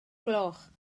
gloch